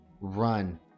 run